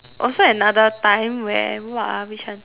also another time where what ah which one